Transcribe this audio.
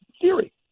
theory